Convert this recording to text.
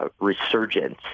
resurgence